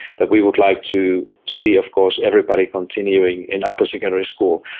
that we would like to see, of course, everybody continuing in upper secondary school.